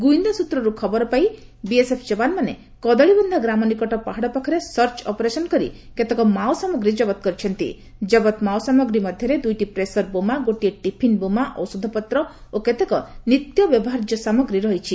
ଗୁଇନ୍ଦା ସୂତ୍ରରୁ ଖବରପାଇଁ ବିଏସ୍ଏଫ୍ ଯବାନ୍ମାନେ କଦଳୀବକ୍ଷା ଗ୍ରାମ ନିକଟ ପାହାଡ଼ ପାଖରେ ସର୍ଚ ଅପରେସନ୍ କରି କେତେକ ମାଓ ସାମଗ୍ରୀ ଜବତ କରିଛନ୍ତି ଜବତ ମାଓସାମଗ୍ରୀ ମଧରେ ଦୁଇଟି ପ୍ରେସର ବୋମା ଗୋଟିଏ ଟିଫିନ୍ ବୋମା ଔଷଧପତ୍ର ଓ କେତେକ ନିତ୍ୟ ବ୍ୟବହାର୍ଯ୍ୟ ସାମଗ୍ରୀ ରହିଛି